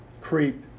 creep